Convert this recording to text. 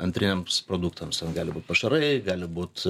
antriniams produktams gali būt pašarai gali būt